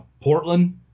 Portland